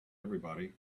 everybody